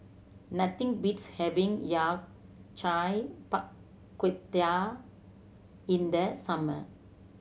nothing beats having Yao Cai Bak Kut Teh in the summer